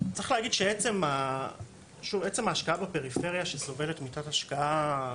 צריך להגיד שעצם ההשקעה בפריפריה שסובלת מתת השקעה,